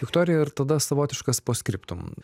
viktorija ir tada savotiškas post scriptum